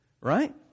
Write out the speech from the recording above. Right